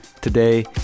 Today